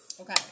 Okay